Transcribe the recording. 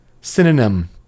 synonym